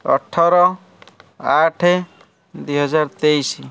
ଅଠର ଆଠେ ଦୁଇ ହଜାର ତେଇଶି